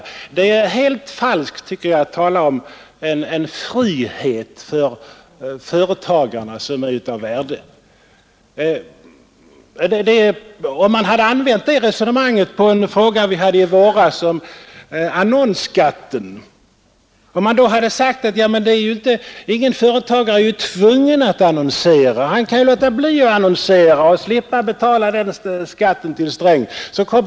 Jag tycker det är helt falskt att där tala om en frihet som är av värde för företagarna. Om man hade använt det resonemanget vid behandlingen av annonsskatten i våras, så kunde man ha sagt: Ja, men ingen företagare är ju tvungen att annonsera. Han kan låta bli; då slipper han att erlägga den skatten till herr Sträng.